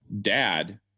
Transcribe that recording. dad